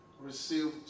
received